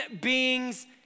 beings